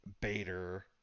Bader